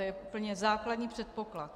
To je úplně základní předpoklad.